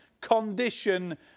condition